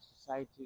society